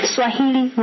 Swahili